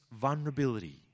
vulnerability